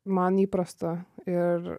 man įprasta ir